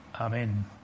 amen